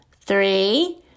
three